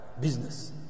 business